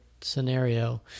scenario